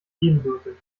ebenbürtig